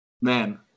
Man